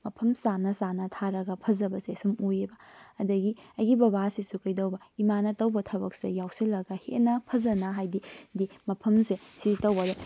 ꯃꯐꯝ ꯆꯥꯅ ꯆꯥꯅ ꯊꯥꯔꯒ ꯐꯖꯕꯁꯦ ꯁꯨꯝ ꯎꯏꯌꯦꯕ ꯑꯗꯒꯤ ꯑꯩꯒꯤ ꯕꯕꯥꯁꯤꯁꯨ ꯀꯩꯗꯧꯕ ꯏꯃꯥꯅ ꯇꯧꯕ ꯊꯕꯛꯁꯦ ꯌꯥꯎꯁꯤꯜꯂꯒ ꯍꯦꯟꯅ ꯐꯖꯅ ꯍꯥꯏꯗꯤ ꯃꯐꯝꯁꯦ ꯁꯤ ꯇꯧꯕꯗ